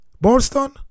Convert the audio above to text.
Boston